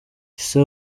ise